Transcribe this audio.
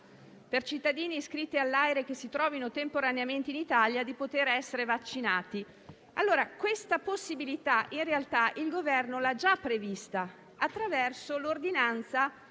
per i cittadini iscritti all'AIRE che si trovano temporaneamente in Italia, di essere vaccinati. Questa possibilità, in realtà, il Governo l'ha già prevista, attraverso l'ordinanza